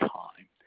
time